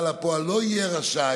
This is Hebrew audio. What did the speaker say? ממש.